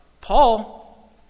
Paul